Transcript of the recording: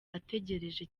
ategereje